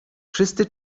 wszyscy